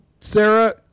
Sarah